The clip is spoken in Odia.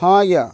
ହଁ ଆଜ୍ଞା